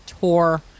tour